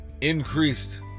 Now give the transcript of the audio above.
increased